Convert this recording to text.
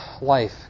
life